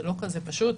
זה לא כזה פשוט.